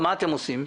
מה אתם עושים?